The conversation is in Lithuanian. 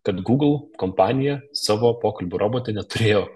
kad google kompanija savo pokalbių robote neturėjo